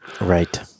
Right